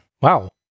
Wow